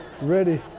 ready